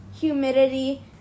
humidity